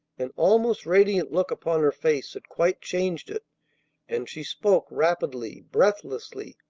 an almost radiant look upon her face that quite changed it and she spoke rapidly, breathlessly,